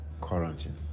quarantine